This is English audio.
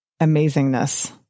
amazingness